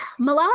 Malala